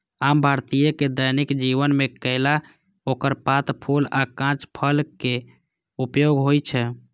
आम भारतीय के दैनिक जीवन मे केला, ओकर पात, फूल आ कांच फलक उपयोग होइ छै